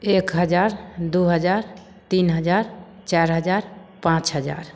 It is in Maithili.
एक हजार दू हजार तीन हजार चारि हजार पाँच हजार